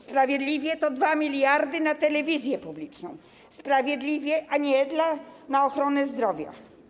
Sprawiedliwie to 2 mld na telewizję publiczną, sprawiedliwie, a nie na ochronę zdrowia.